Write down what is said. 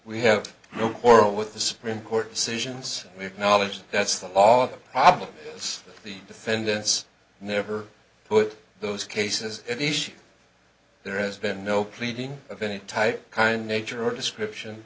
we have no quarrel with the supreme court decisions acknowledged that's the law the problem is the defendants never put those cases each there has been no pleading of any type kind nature or description